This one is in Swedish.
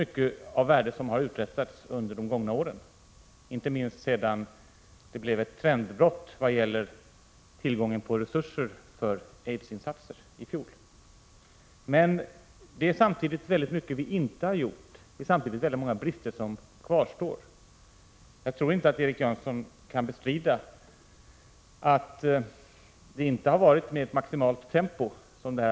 Mycket av värde har uträttats under de gångna åren, inte minst sedan det ii fjol blev ett trendbrott i fråga om tillgången på resurser för aidsinsatser. Samtidigt är det emellertid mycket som vi inte har gjort, och många brister kvarstår. Jag tror inte att Erik Janson kan bestrida att arbetet inte har förts framåt med maximalt tempo.